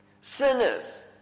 Sinners